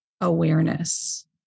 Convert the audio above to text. awareness